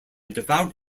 devout